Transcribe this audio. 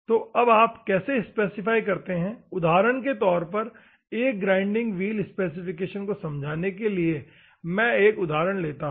तोअब आप कैसे स्पेसिफाई करते हैं उदाहरण के तौर पर एक ग्राइंडिंग व्हील स्पेसिफिकेशन को समझाने के लिए मैं एक उदाहरण लेता हूं